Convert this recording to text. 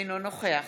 אינו נוכח